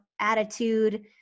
attitude